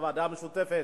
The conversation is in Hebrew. שהוועדה המשותפת,